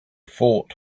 fort